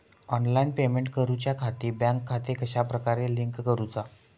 Online payment करुच्याखाती bank खाते कश्या प्रकारे लिंक करुचा?